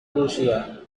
prussia